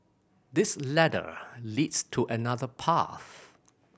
this ladder leads to another path